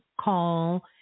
call